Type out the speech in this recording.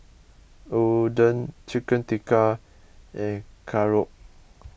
Oden Chicken Tikka and Korokke